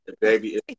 Baby